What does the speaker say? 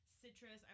citrus